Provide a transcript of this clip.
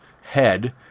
head